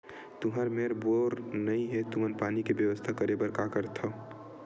तुहर मेर बोर नइ हे तुमन पानी के बेवस्था करेबर का कर सकथव?